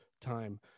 time